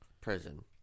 Prison